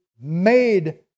made